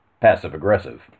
passive-aggressive